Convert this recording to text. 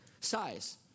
Size